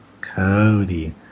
Cody